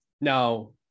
Now